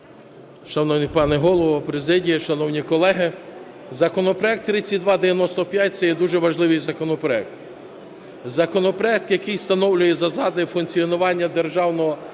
Шановний пане Голово, президія, шановні колеги! Законопроект 3295 – це є дуже важливий законопроект. Законопроект, який встановлює засади і функціонування Державного аграрного